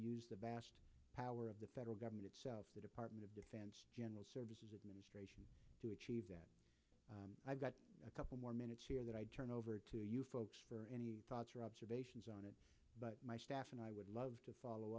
use the best power of the federal government the department of defense general services administration to achieve that i've got a couple more minutes here that i'd turn over to you folks for any thoughts or observations on it but and i would love to follow